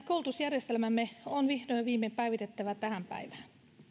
koulutusjärjestelmämme on vihdoin viimein päivitettävä tähän päivään